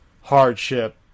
hardship